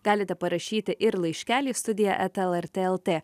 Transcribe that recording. galite parašyti ir laiškelį studija eta lrt lt